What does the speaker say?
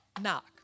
knock